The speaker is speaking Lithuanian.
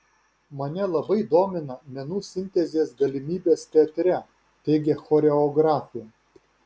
mane labai domina menų sintezės galimybės teatre teigia choreografė